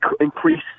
increase